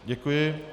Děkuji.